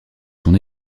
son